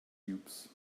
cubes